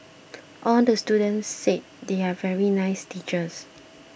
all the students said they are very nice teachers